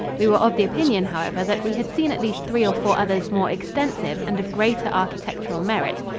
we were of the opinion, however, that we had seen at least three or four others more extensive and of greater architectural merit.